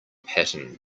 pattern